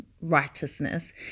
righteousness